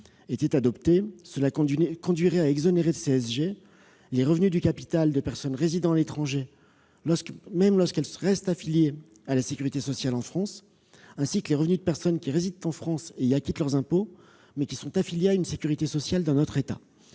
étaient adoptés, cela conduirait à exonérer de CSG les revenus du capital de personnes résidant à l'étranger, même lorsqu'elles restent affiliées à la sécurité sociale en France, ainsi que les revenus de personnes qui résident en France et y acquittent leurs impôts, mais qui sont affiliées à une sécurité sociale d'un autre État.